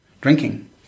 drinking